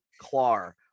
CLAR